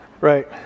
Right